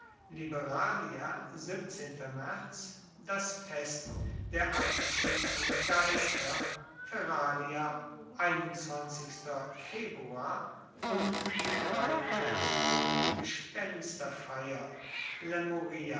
das fest der abgeschiedenen geister und die dreitaegige